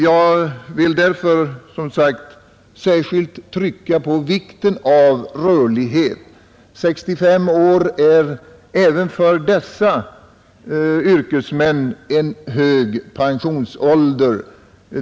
Jag vill därför som sagt särskilt trycka på vikten av rörlighet. 65 år är även för dessa yrkesmän en hög pensionsålder.